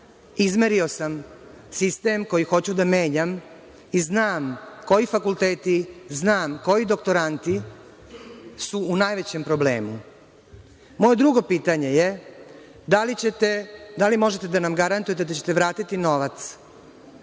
izmerio sam sistem koji hoću da menjam i znam koji fakulteti, znam koji doktoranti su najvećem problemu. Moje drugo pitanje je, da li možete da nam garantujete da ćete vratiti novac